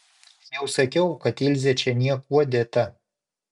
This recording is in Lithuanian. jau sakiau kad ilzė čia niekuo dėta